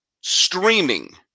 streaming